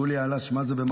מה זה "גולי עלאס" במרוקאית?